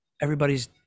everybody's